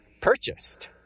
purchased